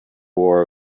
war